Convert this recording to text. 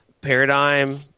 paradigm